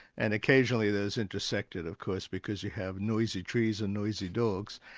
and occasionally those intersected of course, because you have noisy trees and noisy dogs.